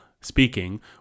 speaking